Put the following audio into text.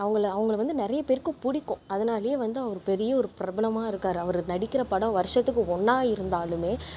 அவங்கள அவங்கள வந்து நிறைய பேருக்கு பிடிக்கும் அதனாலேயே வந்து அவரு பெரிய ஒரு பிரபலமாக இருக்கார் அவுர் நடிக்கிற படம் வருஷத்துக்கு ஒன்றா இருந்தாலும்